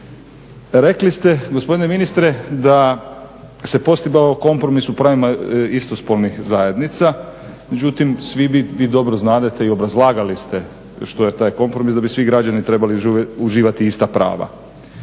Rekli ste gospodine ministre da se postigao kompromis u pravima istospolnih zajednica, međutim svi vi dobro znadete i obrazlagali ste što je taj kompromis, da bi svi građani trebali uživati ista prava.